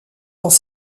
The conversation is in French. dans